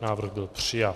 Návrh byl přijat.